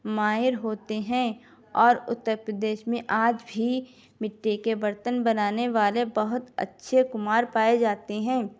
ماہر ہوتے ہیں اور اتر پردیش میں آج بھی مٹی کے برتن بنانے والے بہت اچھے کمہار پائے جاتے ہیں